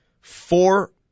four